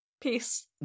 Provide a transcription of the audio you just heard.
Peace